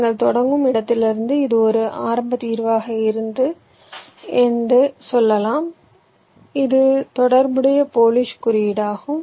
நீங்கள் தொடங்கும் இடத்திலிருந்து இது ஒரு ஆரம்ப தீர்வாக இருந்தது என்று சொல்லலாம் இது தொடர்புடைய போலிஷ் குறியீடாகும்